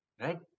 right